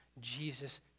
Jesus